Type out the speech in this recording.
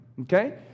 okay